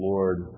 Lord